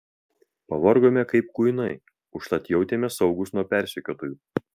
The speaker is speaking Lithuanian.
pavargome kaip kuinai užtat jautėmės saugūs nuo persekiotojų